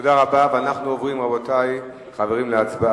תודה רבה, ואנחנו עוברים, רבותי, להצבעה.